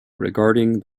regarding